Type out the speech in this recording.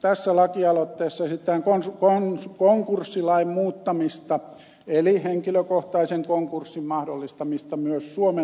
tässä lakialoitteessa esitetään konkurssilain muuttamista eli henkilökohtaisen konkurssin mahdollistamista myös suomen lainsäädännön mukaan